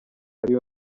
ariyo